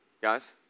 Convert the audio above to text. Guys